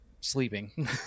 sleeping